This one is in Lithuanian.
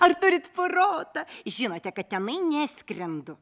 ar turit protą žinote kad tenai neskrendu